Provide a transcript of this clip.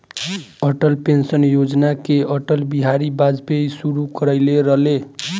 Atal pension Yojana के अटल बिहारी वाजपयी शुरू कईले रलें